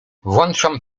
włączam